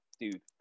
dude